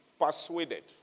persuaded